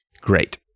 great